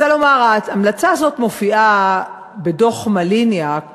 ההמלצה הזאת מופיעה בדוח מליניאק